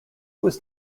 was